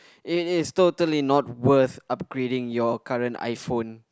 eh it's totally not worth upgrading your current iPhone